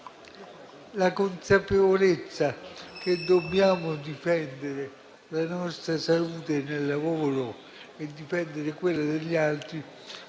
La consapevolezza che dobbiamo difendere la nostra salute nel lavoro e difendere quella degli altri